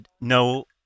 No